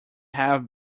have